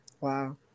wow